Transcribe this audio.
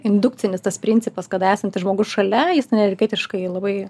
indukcinis tas principas kada esantis žmogus šalia jis energetiškai labai